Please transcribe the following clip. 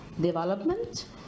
development